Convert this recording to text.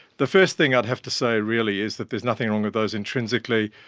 the first thing i'd have to say really is that there's nothing wrong with those intrinsically,